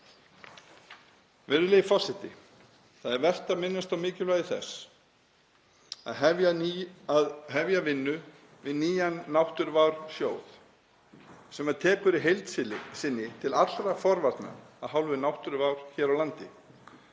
Virðulegi forseti. Það er vert að minnast á mikilvægi þess að hefja vinnu við nýjan náttúruvársjóð sem tekur í heild sinni til allra forvarna vegna náttúruvár hér á landi.